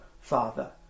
father